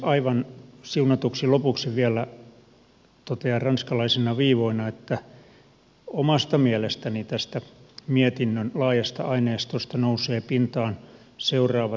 aivan siunatuksi lopuksi vielä totean ranskalaisina viivoina että omasta mielestäni tästä mietinnön laajasta aineistosta nousevat pintaan seuraavat kuusi seikkaa